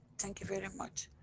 thank you very much.